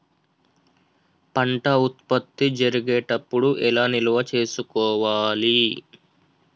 పంట ఉత్పత్తి జరిగేటప్పుడు ఎలా నిల్వ చేసుకోవాలి?